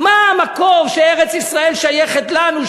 מה המקור לכך שארץ-ישראל שייכת לנו,